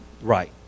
right